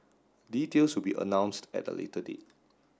details will be announced at a later date